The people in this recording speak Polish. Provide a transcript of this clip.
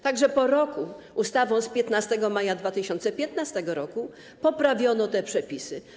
Tak że po roku, ustawą z 15 maja 2015 r., poprawiono te przepisy.